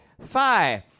five